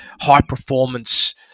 high-performance